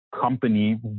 company